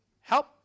Help